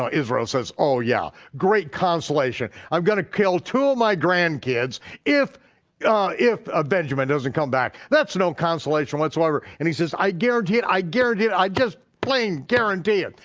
ah israel says oh yeah, great consolation, i'm gonna kill two of my grandkids if yeah if ah benjamin doesn't come back. that's no consolation whatsoever. and he says, i guarantee it, i guarantee it, i just plain guarantee it.